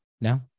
No